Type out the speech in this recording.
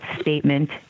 statement